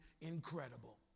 incredible